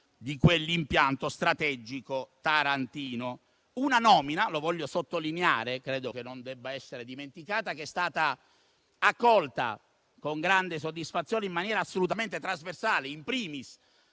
di quell'impianto strategico tarantino. È una nomina - lo voglio sottolineare, perché credo non debba essere dimenticato - questa che è stata accolta con grande soddisfazione, in maniera assolutamente trasversale, *in primis*